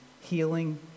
healing